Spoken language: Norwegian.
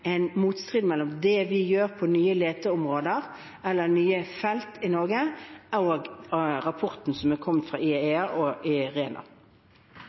motstrid mellom det vi gjør når det gjelder nye leteområder eller nye felt i Norge, og rapporten som er kommet fra IEA og IRENA.